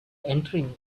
entering